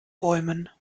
bäumen